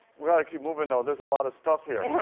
we gotta keep moving though. there is a lot of stuff here.